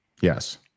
Yes